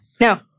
No